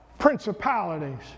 principalities